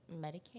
Medicaid